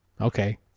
Okay